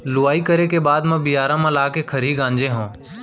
लुवई करे के बाद म बियारा म लाके खरही गांजे हँव